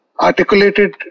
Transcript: articulated